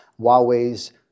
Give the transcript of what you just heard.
Huawei's